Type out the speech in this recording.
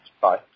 Bye